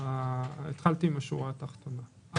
התחלתי עם השורה התחתונה.